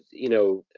you know,